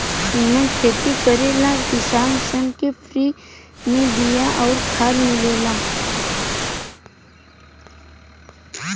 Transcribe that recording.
निमन खेती करे ला किसान सन के फ्री में बिया अउर खाद मिलेला